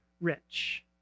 rich